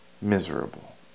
miserable